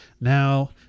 Now